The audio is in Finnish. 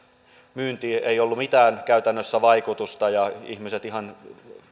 myyntiin ei ollut käytännössä mitään vaikutusta ja ihmiset